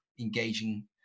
engaging